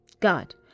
God